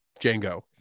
Django